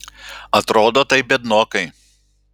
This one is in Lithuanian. atrodo tai biednokai